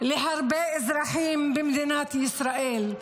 להרבה אזרחים במדינת ישראל,